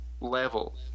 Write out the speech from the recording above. level